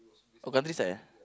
oh countryside ah